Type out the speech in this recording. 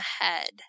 head